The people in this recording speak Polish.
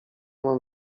mam